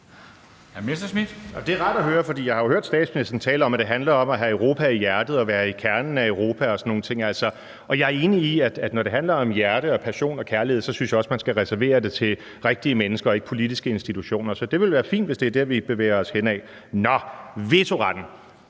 Det er rart at høre, for jeg har jo hørt statsministeren tale om, at det handler om at have Europa i hjertet og være i kernen af Europa og sådan nogle ting. Og jeg er enig i, at når det handler om hjerte, passion og kærlighed, så synes jeg også, at man skal reservere det til rigtige mennesker og ikke politiske institutioner. Så det vil være fint, hvis det er der, vi bevæger os hen ad. Nå, hvad